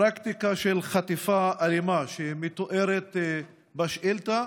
פרקטיקה של חטיפת אימה שמתוארת בשאילתה,